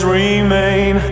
remain